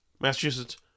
Massachusetts